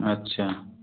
अच्छा